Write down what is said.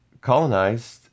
colonized